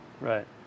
right